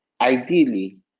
Ideally